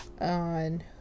On